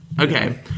Okay